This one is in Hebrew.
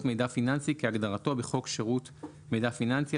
ידע פיננסי כהגדרתו בחוק שירות מידע פיננסי,